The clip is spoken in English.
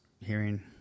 hearing